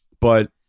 But-